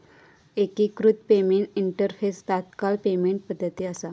एकिकृत payment interface तात्काळ payment पद्धती असा